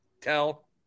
tell